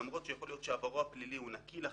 למרות שיכול להיות שעברו הפלילי נקי לחלוטין,